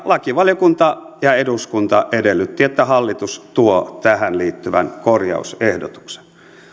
lakivaliokunta ja eduskunta edellyttivät että hallitus tuo tähän liittyvän korjausehdotuksen